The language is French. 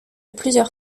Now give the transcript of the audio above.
plusieurs